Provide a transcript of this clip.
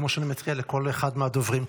כמו שאני מתריע לכל אחד מהדוברים.